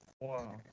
Wow